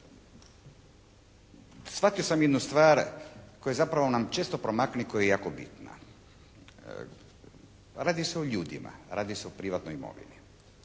shvatio sam jednu stvar koja zapravo nam često promakne koja je jako bitna. Radi se o ljudima, radi se o privatnoj imovini.